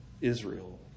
Israel